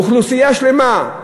אוכלוסייה שלמה,